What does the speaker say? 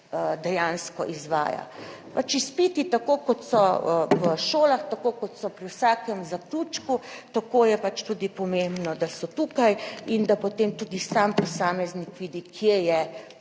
dejansko izvaja. Pač izpiti tako kot so v šolah, tako kot so pri vsakem zaključku, tako je pač tudi pomembno, da so tukaj in da, potem tudi sam posameznik vidi, kje je